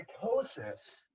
Psychosis